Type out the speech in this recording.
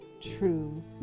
true